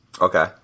Okay